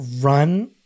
run